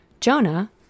Jonah